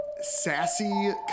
Sassy